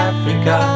Africa